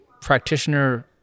practitioner